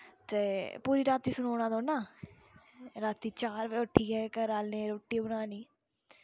ते पूरी रातीं सनोना थोड़ा ना रातीं चार बजे उट्ठियै घरा आह्लें रुट्टी बनोआनी